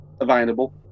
available